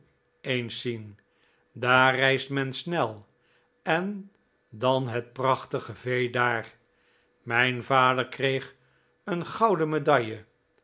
eens zien daar reist men snel en dan het prachtige vee daar mijn vader kreeg een gouden medaille